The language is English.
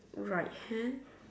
right hand